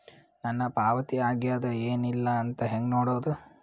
ನನ್ನ ಪಾವತಿ ಆಗ್ಯಾದ ಏನ್ ಇಲ್ಲ ಅಂತ ಹೆಂಗ ನೋಡುದು?